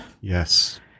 Yes